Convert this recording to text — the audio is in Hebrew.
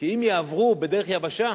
כי אם יעברו בדרך היבשה,